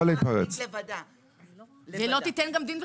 היא גם לא תיתן דין וחשבון,